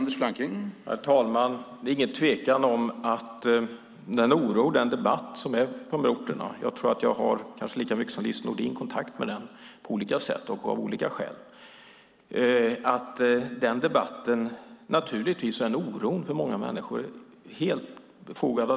Herr talman! Det är ingen tvekan om att den oro och den debatt som finns på de här orterna - jag tror att jag på olika sätt och av olika skäl har lika mycket kontakt med dem som Lise Nordin - är helt befogad.